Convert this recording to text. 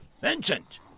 Vincent